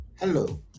Hello